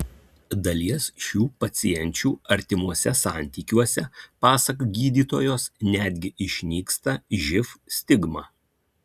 dalies šių pacienčių artimuose santykiuose pasak gydytojos netgi išnyksta živ stigma